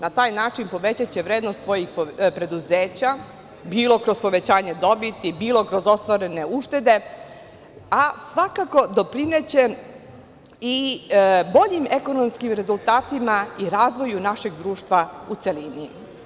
Na taj način povećaće vrednost svojih preduzeća, bilo kroz povećanje dobiti, bilo kroz ostvarene uštede, a svakako doprineće i boljim ekonomskim rezultatima i razvoju našeg društva u celini.